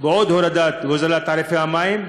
לעוד הוזלה של תעריפי המים,